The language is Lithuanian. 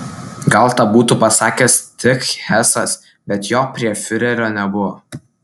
gal tą būtų pasakęs tik hesas bet jo prie fiurerio nebuvo